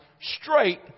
straight